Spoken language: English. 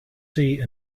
sea